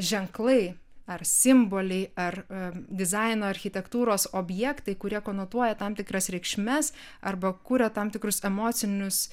ženklai ar simboliai ar dizaino architektūros objektai kurie konotuoja tam tikras reikšmes arba kuria tam tikrus emocinius